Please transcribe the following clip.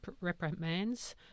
reprimands